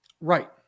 Right